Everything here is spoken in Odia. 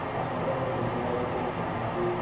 ହଁ ମୋର ତିନି ଭାଇଭଉଣୀ ଅଛନ୍ତି